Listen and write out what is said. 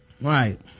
Right